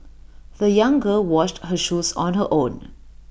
the young girl washed her shoes on her own